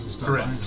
Correct